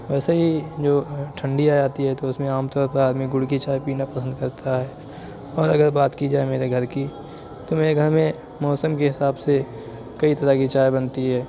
ایسے ہی جو ٹھنڈی آ جاتی ہے تو اُس میں عام طور پہ آدمی گُڑ کی چائے پینا پسند کرتا ہے اور اگر بات کی جائے میرے گھر کی تو میرے گھر میں موسم کے حساب سے کئی طرح کی چائے بنتی ہے